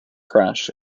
crash